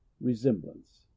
resemblance